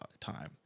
time